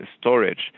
storage